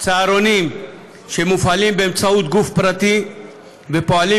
צהרונים שמופעלים באמצעות גוף פרטי ופועלים